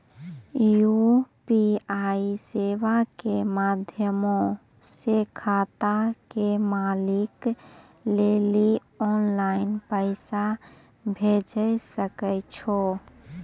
UPI सेबा के माध्यमो से खाता के मालिक लेली आनलाइन पैसा भेजै सकै छो